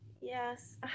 Yes